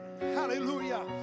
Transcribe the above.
Hallelujah